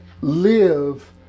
live